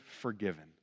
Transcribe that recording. forgiven